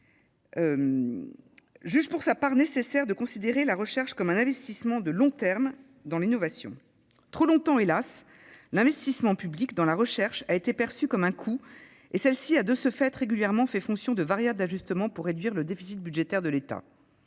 -juge pour sa part nécessaire de considérer la recherche comme un investissement de long terme dans l'innovation. Trop longtemps, hélas, l'investissement public dans la recherche a été perçu comme un coût et celle-ci a, de ce fait, régulièrement fait fonction de variable d'ajustement pour réduire le déficit budgétaire de l'État.